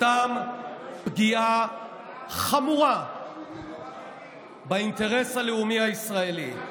סתם פגיעה חמורה באינטרס הלאומי הישראלי.